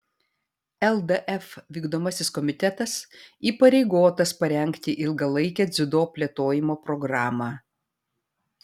ldf vykdomasis komitetas įpareigotas parengti ilgalaikę dziudo plėtojimo programą